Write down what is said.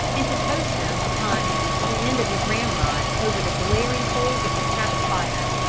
and to toast them upon the end of his ramrod over the glaring coals of his cabin fire,